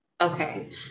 okay